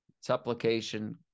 supplication